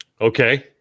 Okay